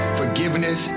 forgiveness